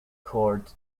cord